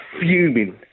Fuming